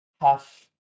half